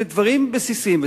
אלה דברים בסיסיים.